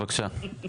הצבעה לא אושר.